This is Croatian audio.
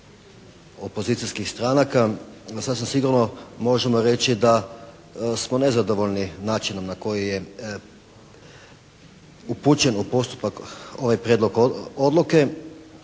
opozicijskih stranaka, sasvim sigurno možemo reći da smo nezadovoljni načinom na koji je upućen u postupak ovaj prijedlog odluke.